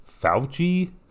Fauci